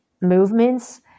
movements